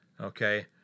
okay